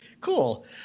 cool